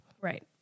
Right